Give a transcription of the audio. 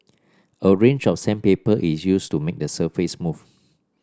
a range of sandpaper is used to make the surface smooth